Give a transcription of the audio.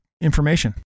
information